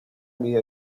mide